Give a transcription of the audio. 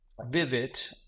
vivid